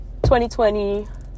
2020